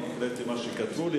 אני הקראתי מה שכתבו לי.